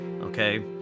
okay